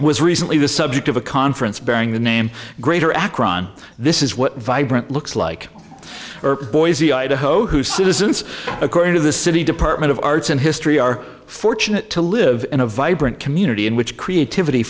was recently the subject of a conference bearing the name greater akron this is what vibrant looks like boise idaho whose citizens according to the city department of arts and history are fortunate to live in a vibrant community in which creativity